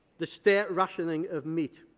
the state rationing of meat.